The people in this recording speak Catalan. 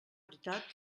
veritat